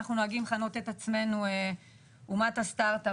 אנחנו נוהגים לכנות את עצמנו אומת הסטרטאפ.